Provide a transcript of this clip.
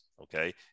okay